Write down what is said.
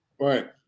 Right